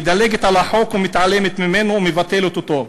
מדלגת על החוק ומתעלמת ממנו ומבטלת אותו.